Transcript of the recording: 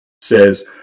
says